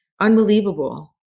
unbelievable